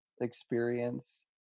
experience